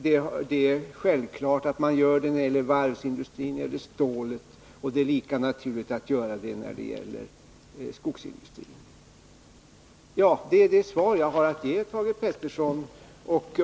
Det är naturligt att man gör det när att rädda Dynäs sågverk det gäller varvsindustrin eller stålet, och det är lika naturligt att man gör det när det gäller skogsindustrin. Detta är det svar jag har att ge Thage Peterson.